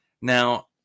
now